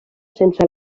sense